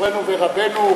מורנו ורבנו,